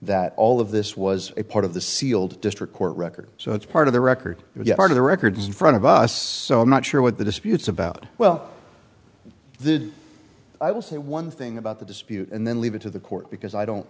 that all of this was a part of the sealed district court record so it's part of the record if you are the records in front of us so i'm not sure what the disputes about well i will say one thing about the dispute and then leave it to the court because i don't